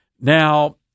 Now